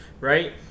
Right